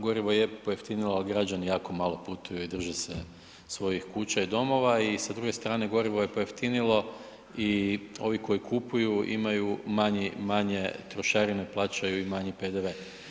Gorivo je pojeftinilo, al građani jako malo putuju i drže se svojih kuća i domova i sa druge strane gorivo je pojeftinilo i ovi koji kupuju imaju manje, manje trošarine plaćaju i manji PDV.